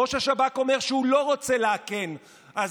ראש השב"כ אומר שהוא לא רוצה לאכן אז